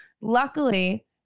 Luckily